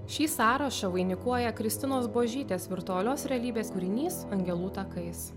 šį sąrašą vainikuoja kristinos buožytės virtualios realybės kūrinys angelų takais